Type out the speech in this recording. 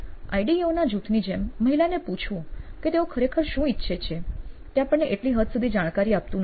IDEO ના જૂથની જેમ મહિલાને પૂછવું કે તેઓ ખરેખર શું ઈચ્છે છે તે આપણને એટલી હદ સુધી જાણકરી આપતું નથી